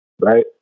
Right